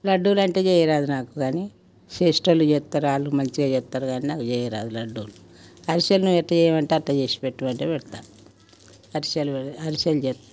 లడ్డులు అంటే చేయరాదు నాకు కాని చేసే వాళ్ళు చేస్తారు వాళ్ళు మంచిగా చేస్తారు కాని నాకు చేయరాదు లడ్డూలు అరిసెలు నువ్వు ఎట్లా చేయమంటే అట్లా చేసి పెట్టమంటే పెడతా అరిసెలు పెడ అరిసెలు చేస్తా